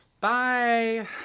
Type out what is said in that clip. Bye